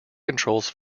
controls